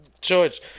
George